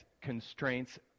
constraints